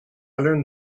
learned